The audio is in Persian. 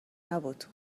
نبود